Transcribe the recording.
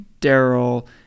Daryl